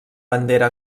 bandera